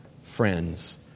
friends